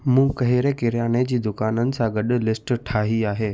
मूं कहिड़े किरियाने जी दुकानुनि सां गॾु लिस्ट ठाही आहे